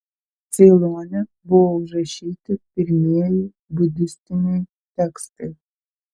ceilone buvo užrašyti pirmieji budistiniai tekstai